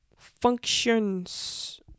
functions